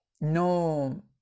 no